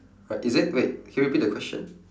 right is it wait can you repeat the question